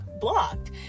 blocked